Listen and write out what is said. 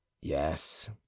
yes